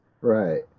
Right